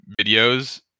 videos